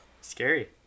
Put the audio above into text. Scary